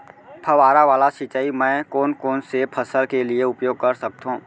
फवारा वाला सिंचाई मैं कोन कोन से फसल के लिए उपयोग कर सकथो?